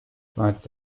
seit